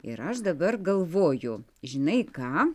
ir aš dabar galvoju žinai ką